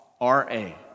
R-A